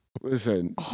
Listen